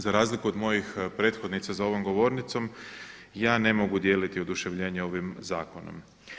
Za razliku od mojih prethodnica za ovom govornicom ja ne mogu dijeliti oduševljene ovim zakonom.